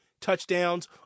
touchdowns